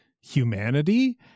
humanity